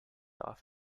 off